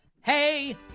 Hey